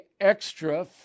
extra